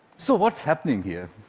so what's happening here?